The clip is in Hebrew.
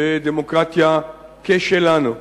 בדמוקרטיה כשלנו,